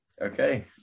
Okay